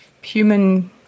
human